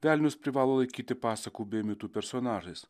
velnius privalo laikyti pasakų bei mitų personažais